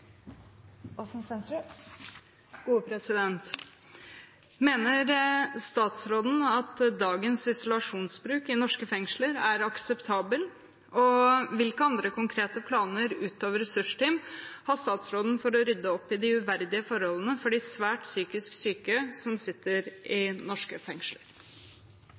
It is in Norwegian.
akseptabel, og hvilke andre konkrete planer, utover ressursteam, har statsråden for å rydde opp i de uverdige forholdene for de svært psykisk syke som sitter i norske fengsler?»